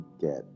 get